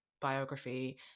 biography